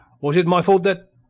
was it my fault that.